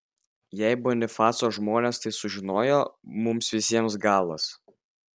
jei bonifaco žmonės tai sužinojo mums visiems galas